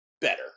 better